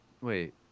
wait